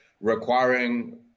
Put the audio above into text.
requiring